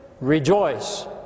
rejoice